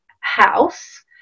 house